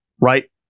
right